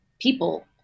people